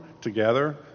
together